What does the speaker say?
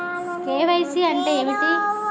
KYC అంటే ఏమిటి?